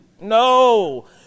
no